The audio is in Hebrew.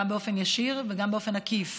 גם באופן ישיר וגם באופן עקיף,